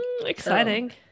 Exciting